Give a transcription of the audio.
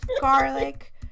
Garlic